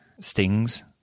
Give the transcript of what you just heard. stings